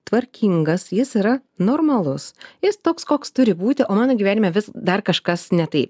tvarkingas jis yra normalus jis toks koks turi būti o mano gyvenime vis dar kažkas ne taip